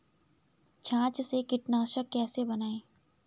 छाछ से कीटनाशक कैसे बनाएँ?